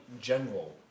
general